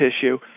tissue